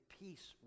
peace